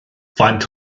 faint